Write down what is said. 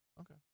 Okay